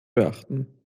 beachten